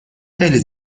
خیلی